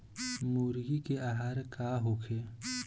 मुर्गी के आहार का होखे?